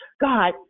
God